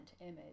image